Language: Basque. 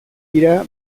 dira